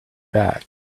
back